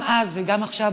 גם אז וגם עכשיו,